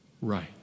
right